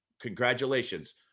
congratulations